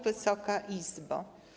Wysoka Izbo!